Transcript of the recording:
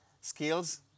skills